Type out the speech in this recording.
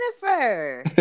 Jennifer